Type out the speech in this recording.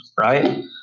right